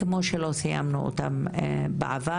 בדיוק כמו שלא סיימנו אותם בעבר.